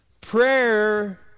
Prayer